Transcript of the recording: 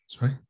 right